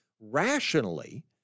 rationally